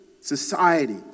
society